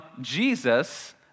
Jesus